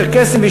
הצ'רקסיים,